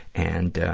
and, ah,